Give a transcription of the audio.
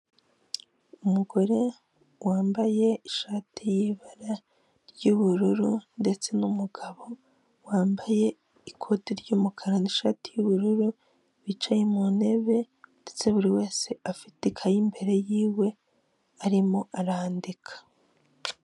Umugore wambaye ishati y'ibara ry'ubururu ndetse n'umugabo wambaye ikoti ry'umukara nishati y'ubururu, bicaye mu ntebe ndetse buri wese afite ikaye imbere yiwe arimo arandika.